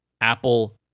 Apple